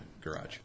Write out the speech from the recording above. garage